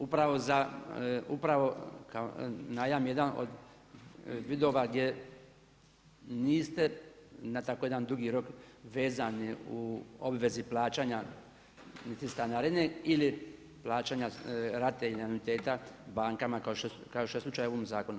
Upravo za, upravo kao najam jedan od vidova gdje niste na tako jedan dugi rok vezani u obvezi plaćanja niti stanarine ili plaćanja rate ili anuiteta bankama kao što je slučaj u ovome zakonu.